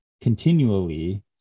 continually